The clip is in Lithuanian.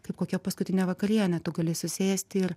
kaip kokia paskutinė vakarienė tu gali susėsti ir